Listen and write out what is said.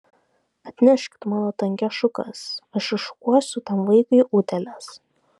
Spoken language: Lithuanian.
atneškit mano tankias šukas aš iššukuosiu tam vaikui utėles